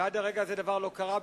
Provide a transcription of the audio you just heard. ועד לרגע זה דבר לא קרה,